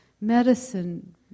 medicine